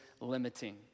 limiting